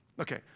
Okay